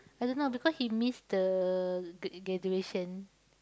I don't know because he miss the g~ graduation